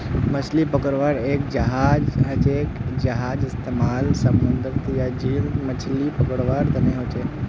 मछली पकड़वार एक जहाज हछेक जहार इस्तेमाल समूंदरत या झीलत मछली पकड़वार तने हछेक